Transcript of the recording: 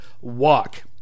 walk